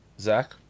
Zach